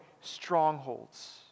strongholds